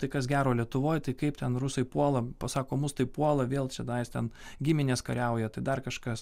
tai kas gero lietuvoj tai kaip ten rusai puola pasako mus taip puola vėl čianais ten giminės kariauja tai dar kažkas